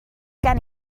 gen